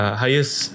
highest